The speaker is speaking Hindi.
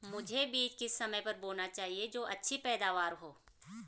मुझे बीज किस समय पर बोना चाहिए जो अच्छी पैदावार हो?